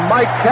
Mike